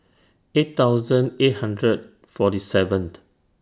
eight thousand eight hundred and forty seventh